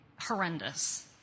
horrendous